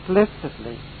explicitly